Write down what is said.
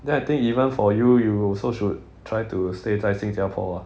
then I think even for you you also should try to stay 在新加坡 ah